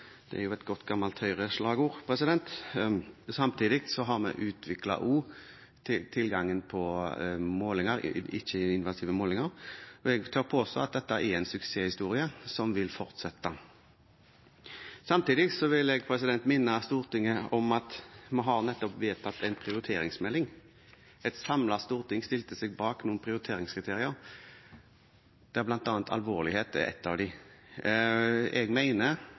Det er jo et godt, gammelt Høyre-slagord. Samtidig har vi også utviklet tilgangen på ikke-invasive målinger. Jeg tør påstå at dette er en suksesshistorie som vil fortsette. Samtidig vil jeg minne Stortinget om at vi nettopp har vedtatt en prioriteringsmelding. Et samlet storting stilte seg bak noen prioriteringskriterier, og alvorlighet er ett av dem. Jeg